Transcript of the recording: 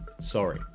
sorry